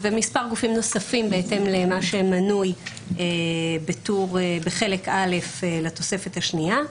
ומספר גופים נוספים בהתאם למה שמנוי בחלק א' לתוספת השנייה.